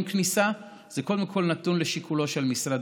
הכניסה קודם כול נתונים לשיקולו של משרד